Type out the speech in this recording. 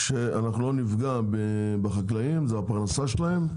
שאנחנו לא נפגע בחקלאים, זו הפרנסה שלהם,